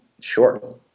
sure